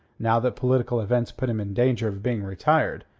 now that political events put him in danger of being retired,